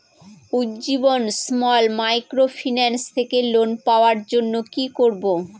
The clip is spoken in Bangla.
উজ্জীবন স্মল মাইক্রোফিন্যান্স থেকে লোন পাওয়ার জন্য কি করব?